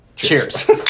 Cheers